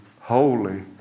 Holy